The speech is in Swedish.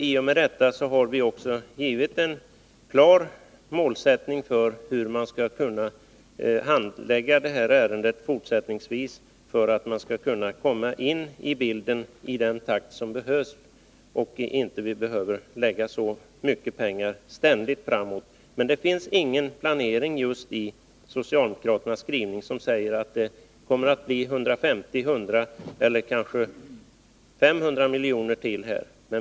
I och med detta har vi angivit en klar målsättning för hur man skall kunna handlägga ärendet fortsättningsvis. Man måste komma in i bilden i den takt som behövs, så att man inte ständigt behöver lägga till så mycket pengar framöver. Det finns i socialdemokraternas skrivning ingen planering som säger att det kommer att bli 150, 100 eller kanske 500 milj.kr. till.